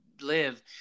live